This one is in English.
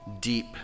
deep